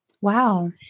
Wow